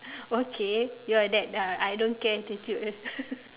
okay your that uh I don't care attitude